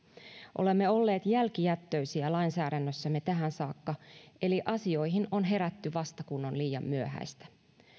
olemme olleet jälkijättöisiä lainsäädännössämme tähän saakka eli asioihin on herätty vasta kun on liian myöhäistä